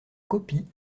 copie